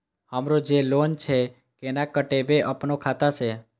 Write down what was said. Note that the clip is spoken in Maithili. हमरो जे लोन छे केना कटेबे अपनो खाता से?